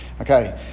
Okay